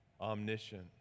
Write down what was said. omniscient